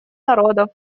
народов